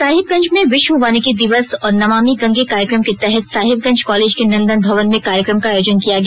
साहिबगंज में विश्व वानिकी दिवस और नमामि गंगे कार्यक्रम के तहत साहिबगंज कॉलेज के नंदन भवन में कार्यक्रम का आयोजन किया गया